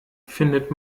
findet